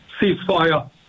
ceasefire